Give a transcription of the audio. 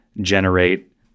generate